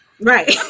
Right